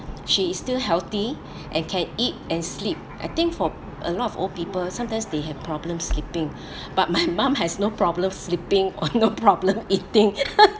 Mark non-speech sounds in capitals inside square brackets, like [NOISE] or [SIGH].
she is still healthy and can eat and sleep I think for a lot of old people sometimes they have problems sleeping but my mum has no problem sleeping or no problem eating [LAUGHS]